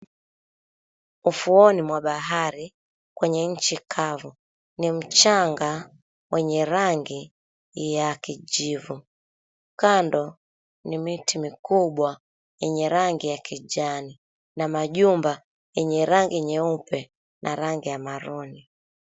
Ufuoni mwa baharini kwenye nchi kavu ni mchanga wenye rangi ya kijivu. Kando ni miti mikubwa yenye rangi ya kijani na majumba yenye rangi nyeupe na rangi ya maroon .